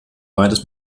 beides